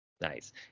Nice